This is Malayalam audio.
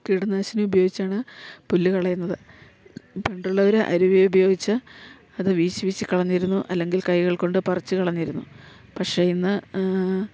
കീടനാശിനി ഉപയോഗിച്ചാണ് പുല്ല് കളയുന്നത് പണ്ടുള്ളവര് അരുവ ഉപയോഗിച്ച് അത് വീശി വീശി കളഞ്ഞിരുന്നു അല്ലങ്കിൽ കൈകൾ കൊണ്ട് പറിച്ച് കളഞ്ഞിരുന്നു പക്ഷേ ഇന്ന്